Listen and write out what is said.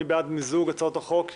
מי בעד מיזוג הצעות החוק?